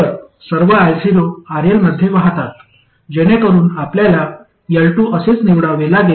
तर सर्व io RL मध्ये वाहतात जेणेकरून आपल्याला L2 असेच निवडावे लागेल